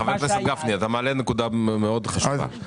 חבר הכנסת גפני, רגע, אתה מעלה נקודה מאוד חשובה.